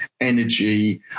energy